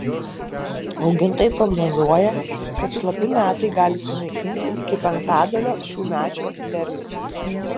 augintojai prognozuoja kad šlapi metai gali sunaikinti iki penktadalio šiųmečio derliaus